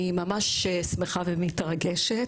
אני ממש שמחה ומתרגשת.